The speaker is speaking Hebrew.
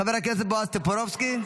חבר הכנסת בועז טופורובסקי.